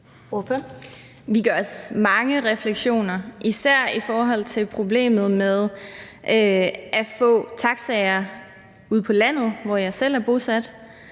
Vi gør os også mange refleksioner, især i forhold til problemet med at få taxaer ude på landet, hvor jeg selv er bosat,